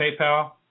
PayPal